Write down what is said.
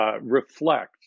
reflect